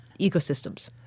ecosystems